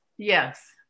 Yes